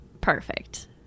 perfect